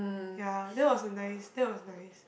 ya that was a nice that was nice